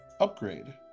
upgrade